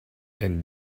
and